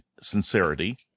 sincerity